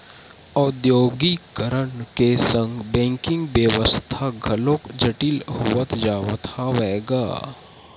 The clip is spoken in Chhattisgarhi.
औद्योगीकरन के संग बेंकिग बेवस्था घलोक जटिल होवत जावत हवय गा